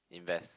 invest